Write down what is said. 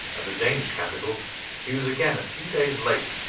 at the danish capital he was again a few days late,